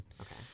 Okay